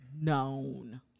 known